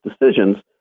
decisions